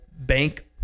bank